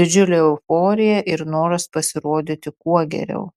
didžiulė euforija ir noras pasirodyti kuo geriau